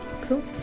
Cool